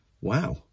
Wow